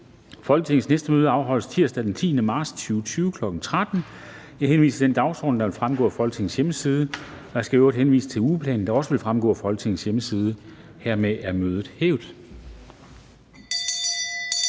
Folketingets næste møde afholdes tirsdag den 10. marts 2020, kl. 13.00. Jeg henviser til den dagsorden, der vil fremgå af Folketingets hjemmeside, og jeg skal i øvrigt henvise til ugeplanen, der også vil fremgå af Folketingets hjemmeside. Mødet er hævet.